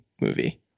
movie